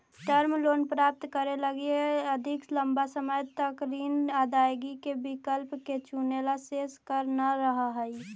term loan प्राप्त करे लगी अधिक लंबा समय तक ऋण अदायगी के विकल्प के चुनेला शेष कर न रहऽ हई